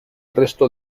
resto